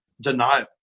denial